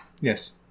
Yes